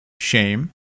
shame